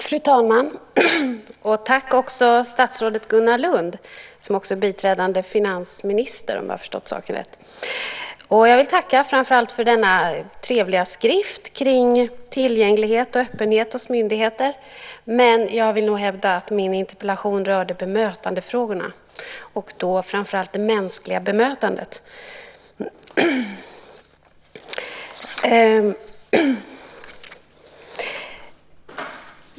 Fru talman! Jag tackar statsrådet Gunnar Lund, som också är biträdande finansminister, om jag har förstått saken rätt. Jag vill framför allt tacka för denna trevliga skrift om tillgänglighet och öppenhet hos myndigheter. Men jag vill nog hävda att min interpellation rörde bemötandefrågorna och då framför allt det mänskliga bemötandet.